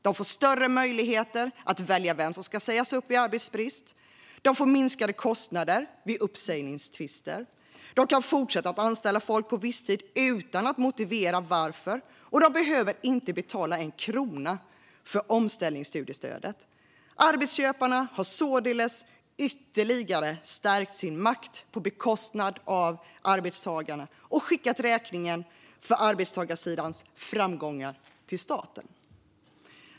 De får större möjligheter att välja vem som ska sägas upp vid arbetsbrist, de får minskade kostnader vid uppsägningstvister, de kan fortsätta att anställa folk på visstid utan att motivera varför och de behöver inte betala en krona för omställningsstudiestödet. Arbetsköparna har således ytterligare stärkt sin makt på bekostnad av arbetstagarna och skickat räkningen för arbetstagarsidans "framgångar" till staten.